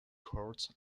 courts